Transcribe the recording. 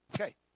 Okay